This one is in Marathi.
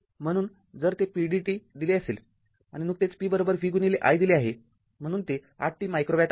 म्हणून जर ते pdt दिले असेल आणि नुकतेच pvi दिले आहे म्हणून ते ८t मायक्रो वॅट आहे